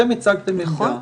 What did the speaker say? אתם הצגתם עמדה,